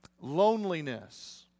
loneliness